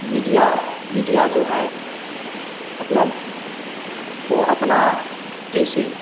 media media जो हैं मतलब वह अपना जैसे